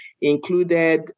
included